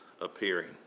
appearing